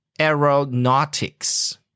aeronautics